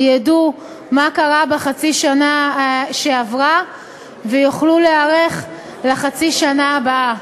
ידעו מה קרה בחצי שנה שעברה ויוכלו להיערך לחצי השנה הבאה.